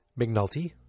McNulty